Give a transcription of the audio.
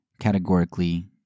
categorically